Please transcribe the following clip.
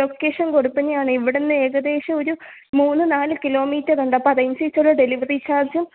location കൊടുത്തുതന്നെയാണ് ഇവിടെനിന്ന് ഏകദേശം ഒരു മൂന്ന് നാല് കിലോമീറ്ററുണ്ട് അപ്പം അതനുസരിച്ചുള്ള ഡെലിവറി ചാർജ്ജും